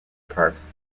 parks